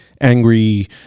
angry